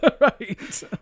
right